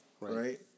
Right